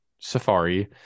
safari